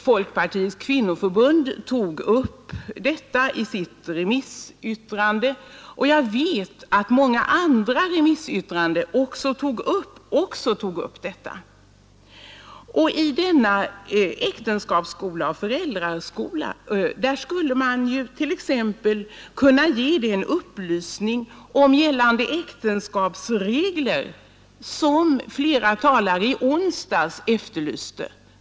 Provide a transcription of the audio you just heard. Folkpartiets kvinnoförbund tog upp denna, i sitt remissyttrande, och jag vet att många andra remissinstanser också gjorde det. I äktenskapsoch föräldraskolan skulle man t.ex. kunna ge den upplysning om gällande äktenskapsregler som flera talare i onsdags efterlyste.